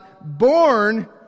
born